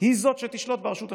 היא שתשלוט ברשות השופטת.